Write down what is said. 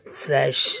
slash